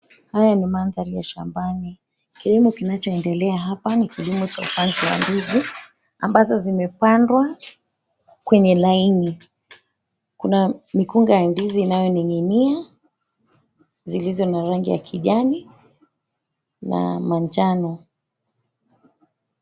Haya ni mandari ya shambani. Kilimo kinachoendelea hapa ni kilimo cha upanzi wa ndizi ambazo zimepandwa kwenye laini. Kuna mikunga ya ndizi inayoning'inia, zilizo na rangi ya kijani na manjano.